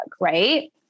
Right